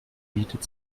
bietet